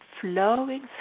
flowing